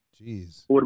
Jeez